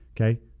Okay